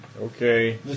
Okay